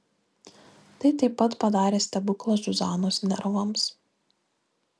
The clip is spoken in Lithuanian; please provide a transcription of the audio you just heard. tai taip pat padarė stebuklą zuzanos nervams